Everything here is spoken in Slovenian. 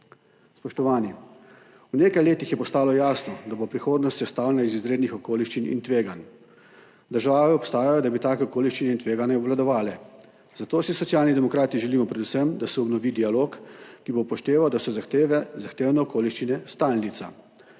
Spoštovani! V nekaj letih je postalo jasno, da bo prihodnost sestavljena iz izrednih okoliščin in tveganj. Države obstajajo, da bi take okoliščine in tveganja obvladovale, zato si Socialni demokrati želimo predvsem, da se obnovi dialog, ki bo upošteval, da so zahtevne okoliščine stalnica.